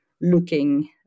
looking